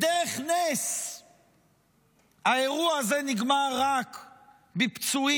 בדרך נס האירוע הזה נגמר רק בפצועים,